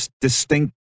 distinct